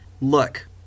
look